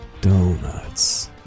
Donuts